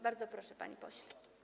Bardzo proszę, panie pośle.